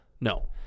No